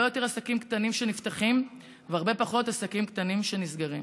יותר עסקים קטנים שנפתחים והרבה פחות עסקים קטנים שנסגרים.